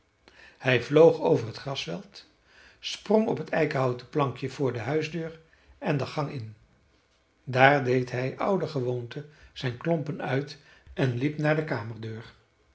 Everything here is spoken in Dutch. hij vloog over t grasveld sprong op het eikenhouten plankje voor de huisdeur en de gang in daar deed hij ouder gewoonte zijn klompen uit en liep naar de kamerdeur